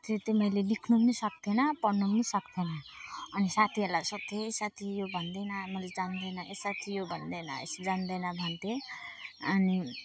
त्यो चाहिँ मैले लेख्नु पनि सक्थिनँ पढ्नु पनि सक्थिनँ अनि साथीहरूलाई सोद्थेँ साथी यो भन्दे न मैले जान्दिनँ ए साथी यो भन्दे न यस जान्दिनँ भन्थेँ अनि